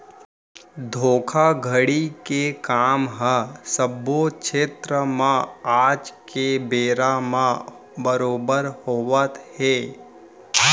धोखाघड़ी के काम ह सब्बो छेत्र म आज के बेरा म बरोबर होवत हे